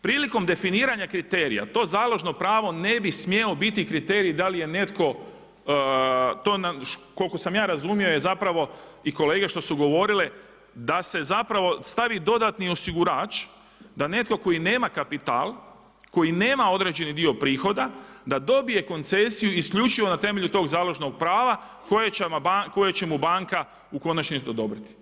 Prilikom definiranja kriterija to založno pravo ne bi smjelo biti kriterij da li je netko to koliko sam ja razumio je zapravo i kolege što su govorile da se zapravo stavi dodatni osigurač, da netko tko nema kapital, koji nema određeni dio prihoda da dobije koncesiju isključivo na temelju tog založnog prava koje će mu banka u konačnici odobriti.